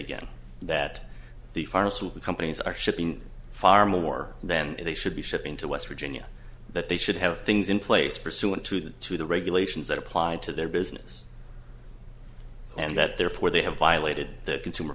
again that the pharmaceutical companies are shipping far more than they should be shipping to west virginia that they should have things in place pursuant to the to the regulations that apply to their business and that therefore they have violated the consumer